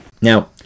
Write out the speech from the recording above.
Now